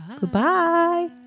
Goodbye